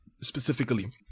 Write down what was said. specifically